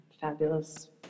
fabulous